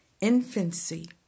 infancy